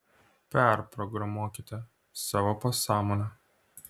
perprogramuokite savo pasąmonę